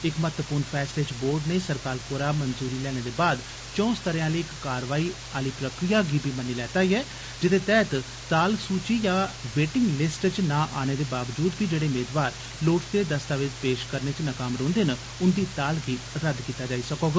इक महत्वपूर्ण फैसले च बोर्ड नै सरकार कोला मंजूरी लैने दे बाद चौ स्तरे आली कारवाई आली प्रक्रिया लेई बी मन्नी लैता जेदे तैह्त ताल सूचि जां बेटिंग जिस्ट च ना आने दे बावजूद बी जेड़े मेदवार लोड़चदे दस्तावेज पेश करने च नाकाम रौंह्दे न उन्दी ताल गी रद्द कीता जाई सकोग